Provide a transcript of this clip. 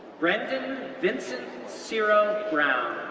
brendan vincent ciro brown,